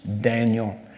Daniel